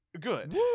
Good